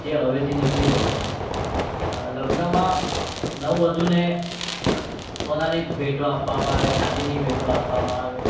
જે હવેથી નીકળી ગયો છે લગ્નમાં નવ વધુને સોનાની ભેટો આપવામાં આવે ચાંદીની ભેટો આપવામાં આવે